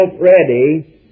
ready